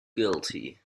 guilty